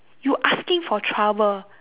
you asking for trouble